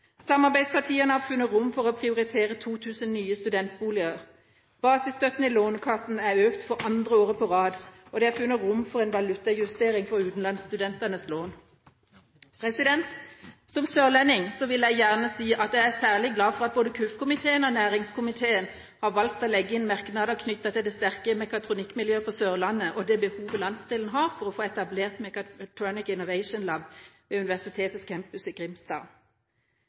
Samarbeidspartiene har funnet rom for å prioritere 2 000 nye studentboliger. Basisstøtten i Lånekassen er økt for andre året på rad, og det er funnet rom for en valutajustering for utenlandsstudentenes lån. Som sørlending vil jeg gjerne si at jeg er særlig glad for at både kirke-, utdannings- og forskningskomiteen og næringskomiteen har valgt å legge inn merknader knyttet til det sterke mekatronikkmiljøet på Sørlandet og det behovet landsdelen har for å få etablert Mechatronich Innovation Lab ved universitetets campus i Grimstad.